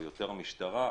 משטרה.